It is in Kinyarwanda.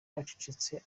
acecetse